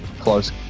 close